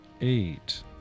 eight